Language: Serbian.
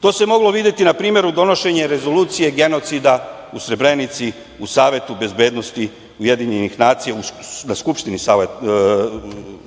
To ste moglo videti na primeru donošenja Rezolucije genocida u Srebrenici u Savetu bezbednosti UN, na Skupštini Saveta